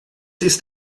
ist